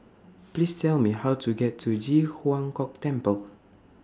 Please Tell Me How to get to Ji Huang Kok Temple